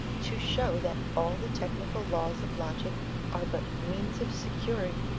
to show that all the technical laws of logic are but means of securing,